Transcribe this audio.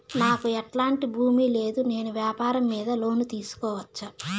నాకు ఎట్లాంటి భూమి లేదు నేను వ్యాపారం మీద లోను తీసుకోవచ్చా?